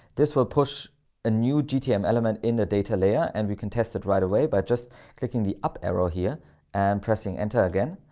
this will push a new gtm element in the data layer. and we can test it right away by just clicking the up arrow here and pressing enter again,